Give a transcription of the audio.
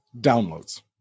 downloads